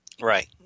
Right